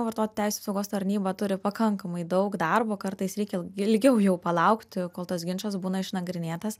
vartotojų teisių apsaugos tarnyba turi pakankamai daug darbo kartais reikia ilgiau jau palaukti kol tas ginčas būna išnagrinėtas